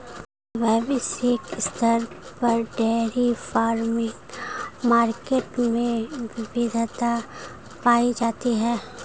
क्या वैश्विक स्तर पर डेयरी फार्मिंग मार्केट में विविधता पाई जाती है?